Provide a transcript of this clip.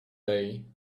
day